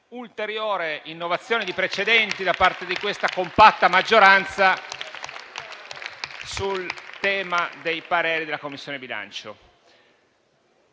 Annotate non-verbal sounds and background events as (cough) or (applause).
un'ulteriore innovazione di precedenti da parte di questa compatta maggioranza (applause) sul tema dei pareri della Commissione bilancio.